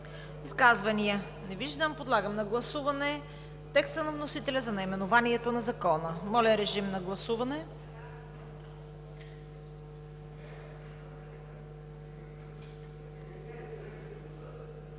Изказвания? Не виждам. Подлагам на гласуване текста на вносителя за наименованието на Закона. Гласували